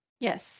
Yes